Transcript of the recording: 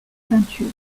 peinture